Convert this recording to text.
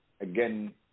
again